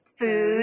Food